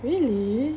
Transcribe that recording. really